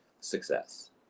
success